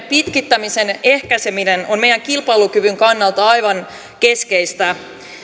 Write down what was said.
pitkittämisen ehkäiseminen on meidän kilpailukyvyn kannalta aivan keskeistä